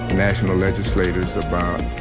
national legislators. but